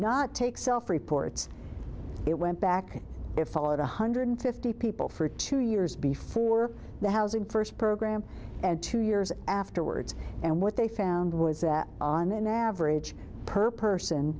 not take self reports it went back to fall of one hundred fifty people for two years before the housing first program and two years afterwards and what they found was that on average per person